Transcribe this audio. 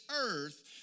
earth